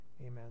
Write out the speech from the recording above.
Amen